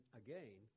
again